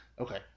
okay